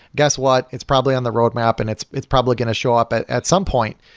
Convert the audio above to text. guess what? it's probably on the roadmap and it's it's probably going to show up at at some point.